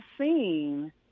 seen